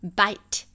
bite 。